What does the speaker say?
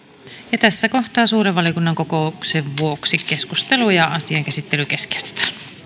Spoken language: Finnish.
tässä kohtaa suuren valiokunnan kokouksen vuoksi keskustelu ja asian käsittely keskeytetään